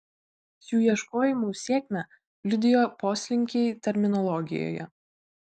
šių ieškojimų sėkmę liudijo poslinkiai terminologijoje